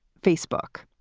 facebook.